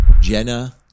Jenna